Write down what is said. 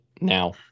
now